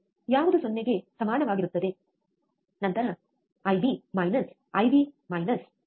ಯಾವುದು 0 ಗೆ ಸಮನಾಗಿರುತ್ತದೆ ನಂತರ ಐಬಿ ಮೈನಸ್ ಐಬಿ ಮೈನಸ್ 0